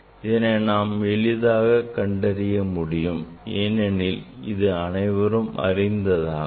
இதனை நாம் எளிதாக கண்டறிய முடியும் ஏனெனில் இது அனைவரும் அறிந்ததாகும்